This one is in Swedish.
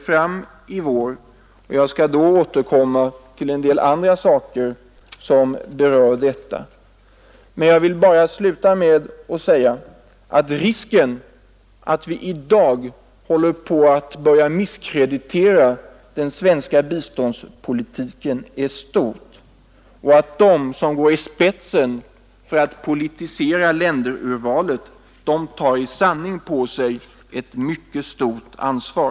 Fru talman! Jag vill sluta med att säga att risken för att vi i dag håller på att börja misskreditera den svenska biståndspolitiken är stor och att de som går i spetsen för att politisera länderurvalet i sanning tar på sig ett betydande ansvar.